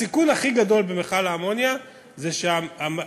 הסיכון הכי גדול במכל האמוניה זה שבמכלית